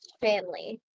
family